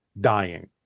dying